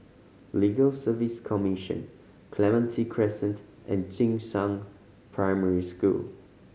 Legal Service Commission Clementi Crescent and Jing Shan Primary School